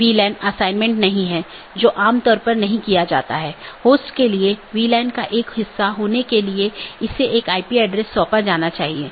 इसलिए जब एक बार BGP राउटर को यह अपडेट मिल जाता है तो यह मूल रूप से सहकर्मी पर भेजने से पहले पथ विशेषताओं को अपडेट करता है